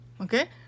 Okay